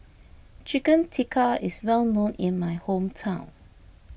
Chicken Tikka is well known in my hometown